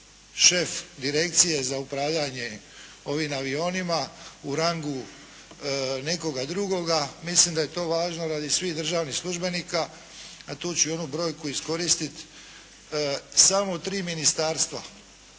šef direkcije za upravljanje ovim avionima u rangu nekoga drugoga, mislim da je to važno radi svih državnih službenika, a tu ću i onu brojku iskoristiti. Samo tri ministarstva